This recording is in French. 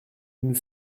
nous